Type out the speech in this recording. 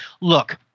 Look